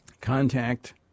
contact